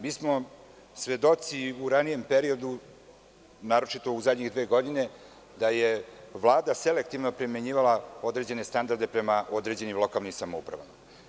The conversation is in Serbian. Mi smo svedoci u ranijem periodu, naročito u zadnje dve godine, da je Vlada selektivno primenjivala određene standarde prema određenim lokalnim samoupravama.